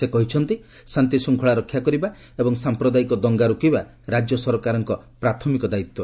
ସେ କହିଛନ୍ତି ଶାନ୍ତିଶୃଙ୍ଖଳା ରକ୍ଷା କରିବା ଏବଂ ସାମ୍ପ୍ରଦାୟିକ ଦଙ୍ଗା ରୋକିବା ରାଜ୍ୟ ସରକାରଙ୍କ ପ୍ରାଥମିକ ଦାୟିତ୍ୱ